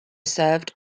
served